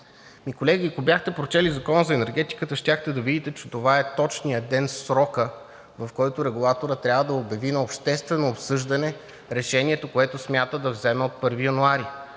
Колеги, ако бяхте прочели Закона за енергетиката, щяхте да видите, че това е точният ден, срокът, в който регулаторът трябва да обяви на обществено обсъждане решението, което смята да вземе от 1 януари.